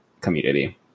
community